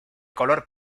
color